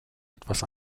etwas